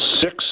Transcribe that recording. six